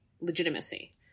legitimacy